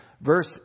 Verse